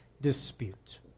dispute